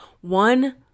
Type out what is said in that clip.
one